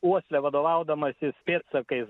uosle vadovaudamasis pėdsakais